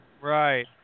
Right